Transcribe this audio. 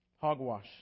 Hogwash